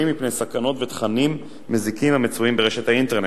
מפני סכנות ותכנים מזיקים המצויים ברשת האינטרנט.